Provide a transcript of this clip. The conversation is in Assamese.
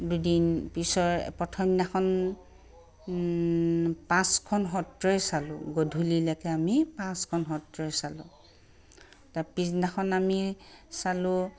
দুদিন পিছৰ প্ৰথমদিনাখন পাঁচখন সত্ৰই চালোঁ গধূলিলৈকে আমি পাঁচখন সত্ৰই চালোঁ তাৰ পিছদিনা আমি চালোঁ